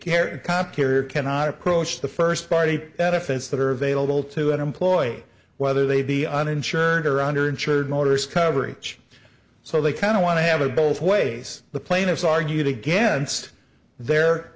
here cannot approach the first party benefits that are available to employ whether they be uninsured or under insured motors coverage so they kind of want to have it both ways the plaintiffs argued against their